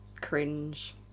cringe